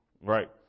right